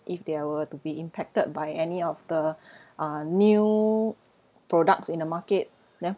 if they were to be impacted by any of the uh new products in the market then